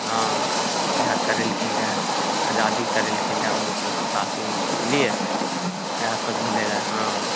हँ वएह करेलखिन रऽ आजादी करेलखिन रऽ उन्नीस सए सतासी मे बुझलियै वएह सब भेले रऽ हँ